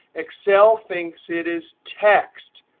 excel thinks it is text,